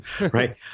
Right